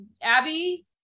abby